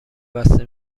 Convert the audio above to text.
بسته